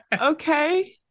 Okay